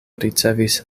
ricevis